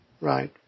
Right